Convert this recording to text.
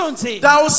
thou